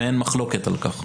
ואין מחלוקת על כך.